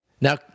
Now